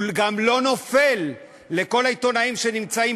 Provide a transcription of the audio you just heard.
הוא גם לא "נופל"; לכל העיתונאים שנמצאים